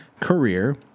career